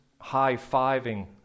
high-fiving